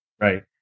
Right